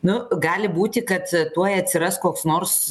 nu gali būti kad tuoj atsiras koks nors